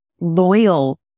loyal